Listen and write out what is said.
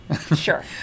Sure